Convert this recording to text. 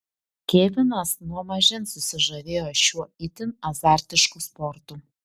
kevinas nuo mažens susižavėjo šiuo itin azartišku sportu